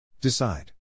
Decide